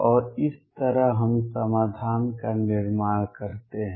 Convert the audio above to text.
और इस तरह हम समाधान का निर्माण करते हैं